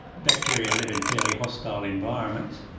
bacteria live in fairly hostile environments.